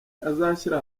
azashyira